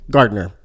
Gardner